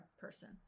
person